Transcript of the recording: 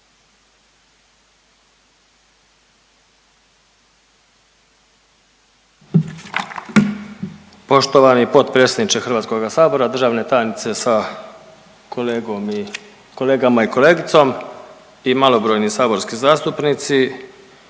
Poštovani potpredsjedniče HS-a, državne tajnice sa kolegom i kolegama i kolegicom i malobrojni saborski zastupnici.